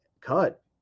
cut